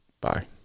Bye